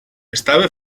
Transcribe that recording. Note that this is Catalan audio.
estava